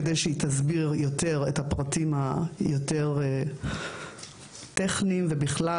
כדי שהיא תסביר את הפרטים היותר טכניים ובכלל,